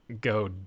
go